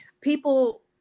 people